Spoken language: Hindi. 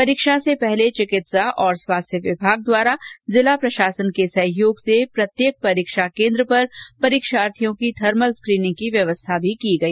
परीक्षा से पहले चिकित्सा और स्वास्थ्य विभाग तथा जिला प्रशासन के सहयोग से प्रत्येक परीक्षा केन्द्र पर परीक्षार्थियों की थर्मल स्क्रीनिंग की व्यवस्था की गई